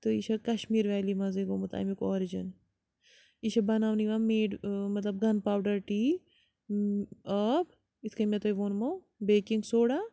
تہٕ یہِ چھےٚ کَشمیٖر ویلی منٛزٕے گوٚمُت اَمیُک آرِجَن یہِ چھےٚ بَناونہٕ یِوان میڈ مطلب گَن پاوڈَر ٹی آب اِتھ کٔنۍ مےٚ تۄہہِ ووٚنمو بیکِنٛگ سوڈا